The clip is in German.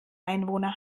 einwohner